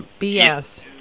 BS